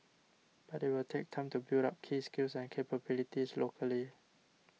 but it will take time to build up key skills and capabilities locally